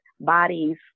bodies